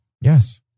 Yes